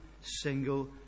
single